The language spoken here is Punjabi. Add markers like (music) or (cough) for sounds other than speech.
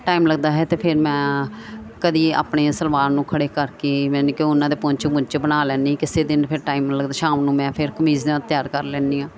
ਟਾਈਮ ਲੱਗਦਾ ਹੈ ਤਾਂ ਫਿਰ ਮੈਂ ਕਦੀ ਆਪਣੇ ਸਲਵਾਰ ਨੂੰ ਖੜ੍ਹੇ ਕਰਕੇ ਮੈਂ (unintelligible) ਕਿ ਉਹਨਾਂ ਦੇ ਪੌਂਚੇ ਪੁੰਚੇ ਬਣਾ ਲੈਂਦੀ ਕਿਸੇ ਦਿਨ ਫਿਰ ਟਾਈਮ ਲਗਦਾ ਸ਼ਾਮ ਨੂੰ ਮੈਂ ਫਿਰ ਕਮੀਜ਼ਾਂ ਤਿਆਰ ਕਰ ਲੈਂਦੀ ਹਾਂ